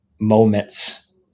moments